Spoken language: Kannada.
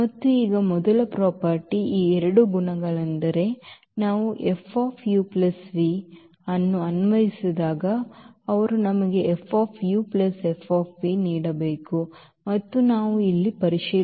ಮತ್ತು ಈಗ ಮೊದಲ ಪ್ರಾಪರ್ಟಿಯ ಈ ಎರಡು ಗುಣಗಳೆಂದರೆ ನಾವು F uv ಅನ್ನು ಅನ್ವಯಿಸಿದಾಗ ಅವರು ನಮಗೆ F F ನೀಡಬೇಕು ಮತ್ತು ನಾವು ಇಲ್ಲಿ ಪರಿಶೀಲಿಸುತ್ತೇವೆ